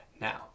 now